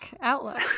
outlook